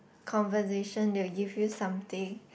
conversation they will give you something